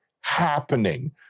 happening